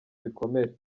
ibikomere